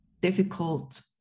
difficult